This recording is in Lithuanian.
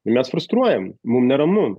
mes frustruojam mum neramu